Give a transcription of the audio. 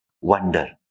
wonder